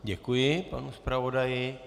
Děkuji panu zpravodaji.